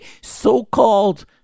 so-called